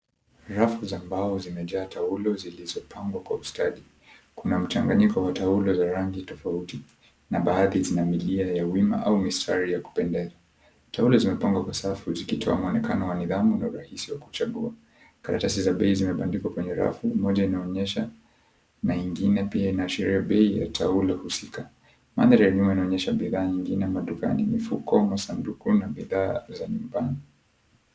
Rafu za mbao zimejaa taulo zilizopangwa kwa ustadi. Kuna mchnganyiko wa taulo za rangi tofauti na baadhi zina milia ya wima au mistari ya kupendeza. Taulo zimepangwa kwa safu zikitoa mwonekano wa nidhamu na urahisi wa kuchagua. Karatasi za bei zimebandikwa kwenye rafu. Moja inaonyesha na ingine pia inaashiria bei ya taulo husika. Mandhari ya nyuma inaonyesha bidhaa nyingine madukani: mifuko, masanduku, na bidhaa za nyumbani.